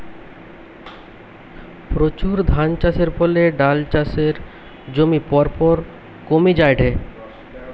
প্রচুর ধানচাষের ফলে ডাল চাষের জমি পরপর কমি জায়ঠে